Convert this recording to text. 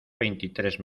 veintitrés